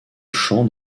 chant